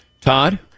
Todd